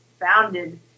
founded